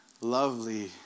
lovely